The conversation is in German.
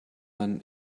man